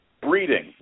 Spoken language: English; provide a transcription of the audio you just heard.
breeding